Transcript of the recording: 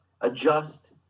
adjust